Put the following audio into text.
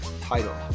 title